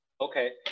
Okay